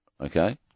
okay